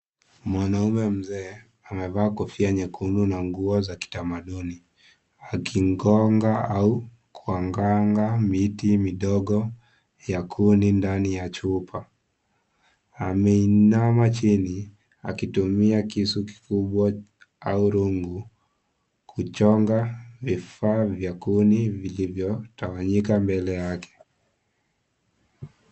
Mwanaume mzee, amevaa kofia nyekundu na nguo za kitamaduni. Akigonga au kuangaanga miti midogo ya kuni ndani ya chupa. Ameinama chini, akitumia kisu kikubwa au rungu, kuchonga vifaa vya kuni vilivyotawanyika mbele yake.